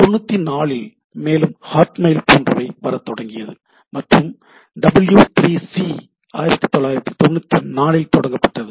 94 இல் மேலும் ஹாட்மெயில் போன்றவை வரத்தொடங்கியது மற்றும் டபிள்யூ3சி 1994 ல் தொடங்கப்பட்டது